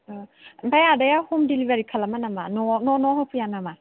ओ ओमफाय आदाया हम डिलिभारि खालामा नामा न'आव न' न' होफैया नामा